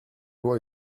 loi